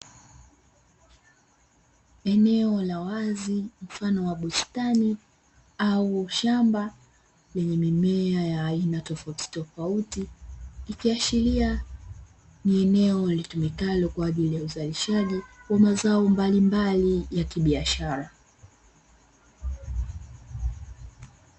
Eneo la wazi mfano wa bustani au shamba lenye mimea ya aina tofautitofauti, ikiashiria ni eneo litumikalo kwa ajili ya uzalishaji wa mazao mbalimbali ya kibiashara.